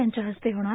यांच्या हस्ते होणार